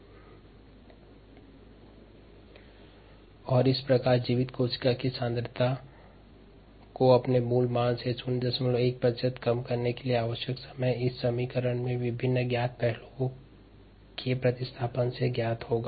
xvxv00101100000110 3 अतः xv0xv इसे हम पलटी करें तब यह 110 xv0xv110 3103 और इस प्रकार जीवित कोशिका सांद्रता को अपने मूल मान से 01 प्रतिशत् तक कम करने के लिए आवश्यक समय इस समीकरण में विभिन्न ज्ञात पहलुओं के प्रतिस्थापन से ज्ञात होगा